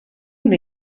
una